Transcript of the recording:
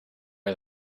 are